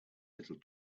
little